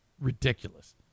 ridiculous